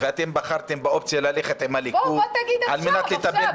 ואתם בחרתם באופציה ללכת עם הליכוד על מנת לטפל